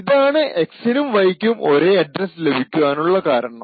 ഇതാണ് X നും Y ക്കും ഒരേ അഡ്രസ്സ് ലഭിക്കുവാനുള്ള കാരണം